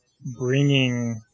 bringing